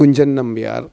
Kunchan Nambiar